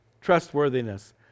trustworthiness